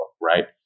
right